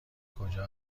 کجا